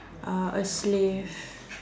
uh a slave